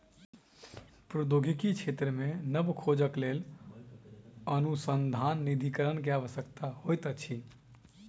प्रौद्योगिकी क्षेत्र मे नब खोजक लेल अनुसन्धान निधिकरण के आवश्यकता होइत अछि